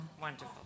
Wonderful